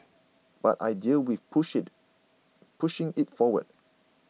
but I deal with push it pushing it forward